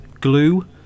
glue